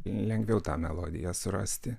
lengviau tą melodiją surasti